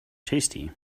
tasty